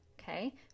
Okay